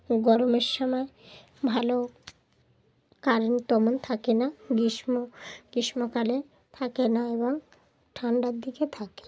গরমের সময় ভালো কারেন্ট তেমন থাকে না গ্রীষ্ম গ্রীষ্মকালে থাকে না এবং ঠান্ডার দিকে থাকে